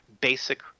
basic